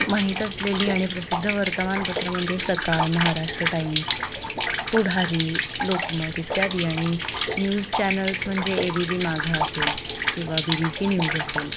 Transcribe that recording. माहीत असलेली आणि प्रसिद्ध वर्तमानपत्रं म्हणजे सकाळ महाराष्ट्र टाइम्स पुढारी लोकमत इत्यादी आणि न्यूज चॅनल्स म्हणजे ए बी बी माझा असेल किंवा बी बी सी न्यूज असेल